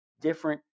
different